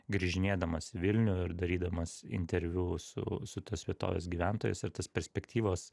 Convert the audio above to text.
grįžinėdamas į vilnių ir darydamas interviu su su tos vietovės gyventojais ir tos perspektyvos